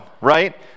right